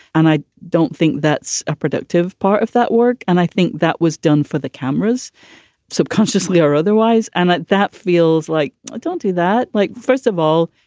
and i don't think that's a productive part of that work. and i think that was done for the cameras subconsciously or otherwise. and that feels like. don't do that. like, first of all,